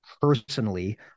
personally